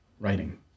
writing